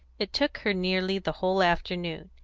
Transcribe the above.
it took her nearly the whole afternoon,